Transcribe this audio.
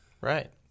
Right